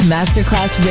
Masterclass